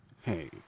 Hey